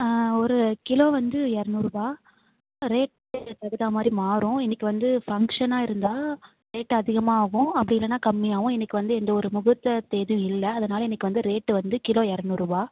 ஒரு கிலோ வந்து இரநூறு ரூபா ரேட்க்கு தகுந்தமாதிரி மாறும் இன்னைக்கு வந்து ஃபங்ஷனாக இருந்தால் ரேட்டு அதிகமாக ஆவும் அப்படி இல்லைனா கம்மியாகவும் இன்னைக்கு வந்து எந்தவொரு முகூர்த்த தேதியும் இல்லை அதனால் இன்னைக்கு வந்து ரேட் வந்து கிலோ இரநூறு ரூபா